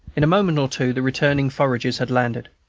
in a moment or two the returning foragers had landed.